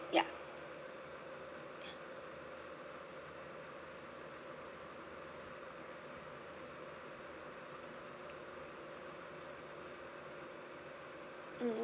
ya mm